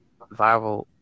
Viral